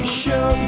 show